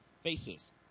faces